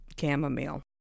chamomile